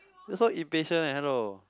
you so impatient leh hello